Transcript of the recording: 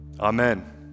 Amen